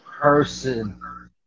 person